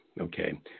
Okay